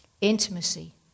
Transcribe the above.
Intimacy